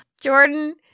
Jordan